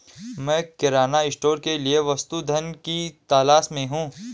मैं किराना स्टोर के लिए वस्तु धन की तलाश में हूं